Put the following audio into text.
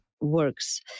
works